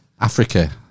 africa